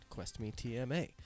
QuestMeTMA